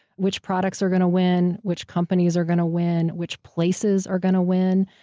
which products are going to win, which companies are going to win, which places are going to win.